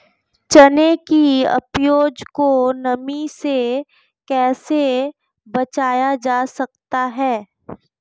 चने की उपज को नमी से कैसे बचाया जा सकता है?